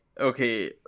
okay